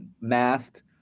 masked